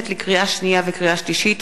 לקריאה שנייה ולקריאה שלישית: הצעת חוק